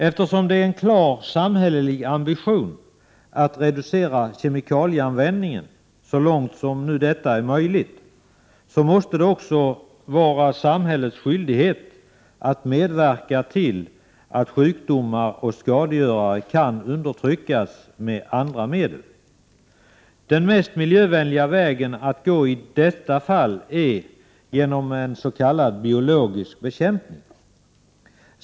Eftersom det är en klar samhällelig ambition att reducera kemikalieanvändningen så långt detta nu är möjligt måste det också vara samhällets skyldighet att medverka till att sjukdomar och skadegörare kan undertryckas med andra medel. Den mest miljövänliga vägen att gå i detta fall är genom en s.k. biologisk bekämpning.